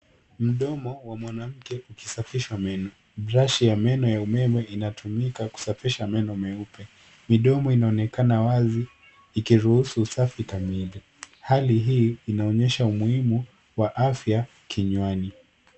Mdomo wa mwanamke ukisafishwa meno. Brush ya meno ya umeme inatumika kusafisha meno meupe. Midomo inaonekana wazi ikiruhusu usafi kamili. Hali hii inaonyesha umuhimu wa afya kinywani.